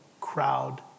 crowd